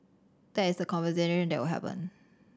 that is the conversation that will happen